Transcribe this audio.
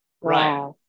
Right